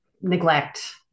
neglect